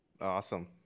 Awesome